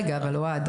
רגע אבל אוהד,